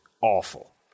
awful